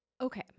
Okay